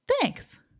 Thanks